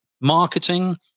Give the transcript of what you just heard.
marketing